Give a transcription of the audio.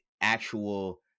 actual